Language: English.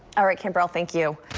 all right khambrel thank you.